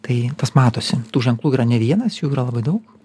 tai tas matosi tų ženklų yra ne vienas jų yra labai daug